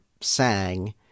sang